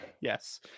Yes